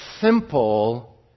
simple